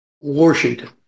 Washington